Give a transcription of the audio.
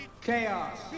Chaos